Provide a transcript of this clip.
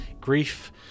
Grief